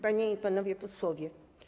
Panie i Panowie Posłowie!